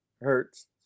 Hurts